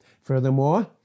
Furthermore